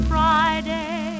Friday